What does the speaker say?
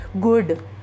good